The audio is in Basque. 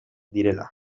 direla